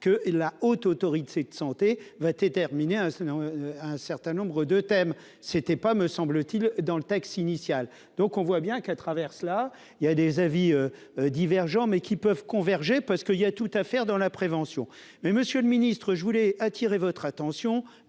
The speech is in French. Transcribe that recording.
que et la Haute autorité de santé va t terminer hein ça dans un certain nombre de thèmes, c'était pas, me semble-t-il, dans le texte initial, donc on voit bien qu'elle traverse la il y a des avis divergents, mais qui peuvent converger parce qu'il y a tout à faire dans la prévention, mais Monsieur le Ministre, je voulais attirer votre attention,